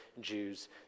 Jews